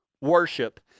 worship